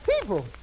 people